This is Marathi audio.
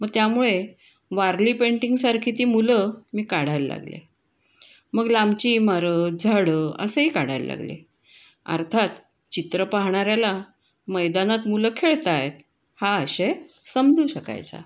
मग त्यामुळे वारली पेंटिंगसारखी ती मुलं मी काढायला लागले मग लांबची इमारत झाडं असंही काढायला लागले अर्थात चित्र पाहणाऱ्याला मैदानात मुलं खेळत आहेत हा आशय समजू शकायचा